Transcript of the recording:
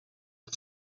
des